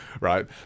right